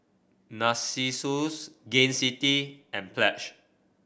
Narcissus Gain City and Pledge